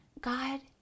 God